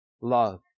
love